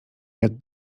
jak